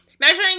Measuring